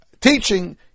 teaching